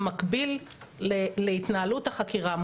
במקביל להתנהלות החקירה,